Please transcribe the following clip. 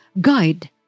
guide